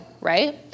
right